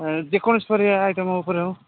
ଯେକୌଣସି ପରିବା ଆଇଟମ ଉପରେ ହଉ